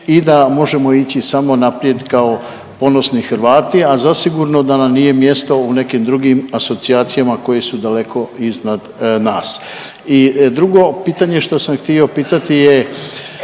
i da možemo ići samo naprijed kao ponosni Hrvati, a zasigurno da nam nije mjesto u nekim drugim asocijacijama koje su daleko iznad nas. I drugo pitanje što sam htio pitati je